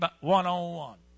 one-on-one